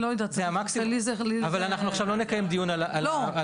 אנחנו עכשיו לא נקיים דיון על המספרים,